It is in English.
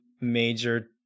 major